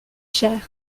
cher